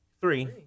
Three